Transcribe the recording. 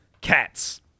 cats